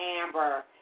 Amber